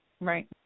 Right